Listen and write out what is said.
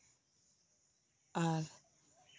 ᱟᱨ